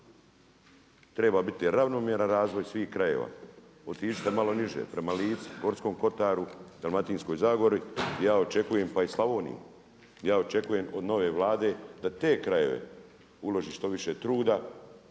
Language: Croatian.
Treba biti ravnomjeran razvoj svih krajeva. Otiđite malo niže prema Lici, Gorskom kotaru, Dalmatinskoj zagori, pa i Slavoniji ja očekujem od nove Vlade da te krajeve uloži što više truda